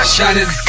Shining